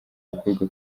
bakobwa